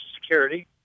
Security